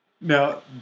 Now